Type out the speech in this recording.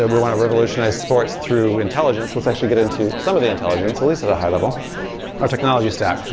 and we want to revolutionize sports through intelligence, let's actually get into some of the intelligence, at least at a high-level our technology stack.